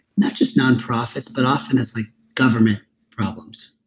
not just non-profits, but often as like government problems,